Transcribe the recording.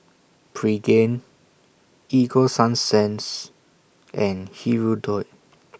Pregain Ego Sunsense and Hirudoid